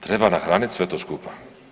Treba nahranit sve to skupa.